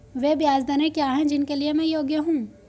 वे ब्याज दरें क्या हैं जिनके लिए मैं योग्य हूँ?